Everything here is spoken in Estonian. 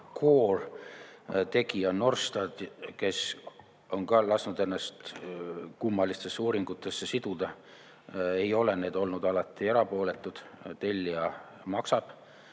CORE, tegija Norstat, kes on ka lasknud ennast kummalistesse uuringutesse tõmmata. Ei ole need olnud alati erapooletud, tellija maksab